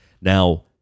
Now